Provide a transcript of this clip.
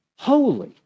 Holy